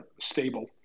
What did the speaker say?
stable